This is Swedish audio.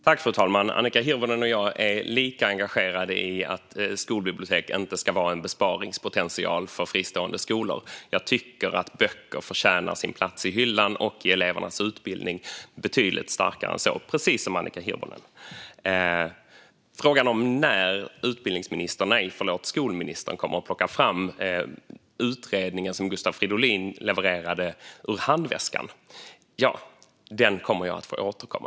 Fru talman! Annika Hirvonen och jag är lika engagerade i att skolbibliotek inte ska vara en besparingspotential för fristående skolor. Jag tycker att böcker förtjänar sin plats i hyllan och i elevernas utbildning betydligt starkare än så, precis som Annika Hirvonen. I frågan om när skolministern kommer att plocka fram den utredning som Gustav Fridolin levererade ur handväskan kommer jag att få återkomma.